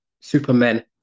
supermen